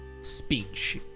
speech